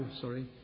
sorry